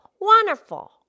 wonderful